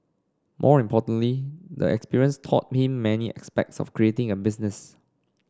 more importantly the experience taught him many aspects of creating a business